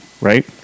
right